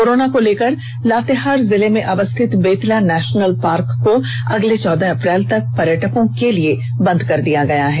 corona को लेकर लातेहार जिले में अवस्थित बेतला नेषनल पार्क को अगले चौदह अप्रैल तक पर्यटकों के लिए बंद कर दिया गया है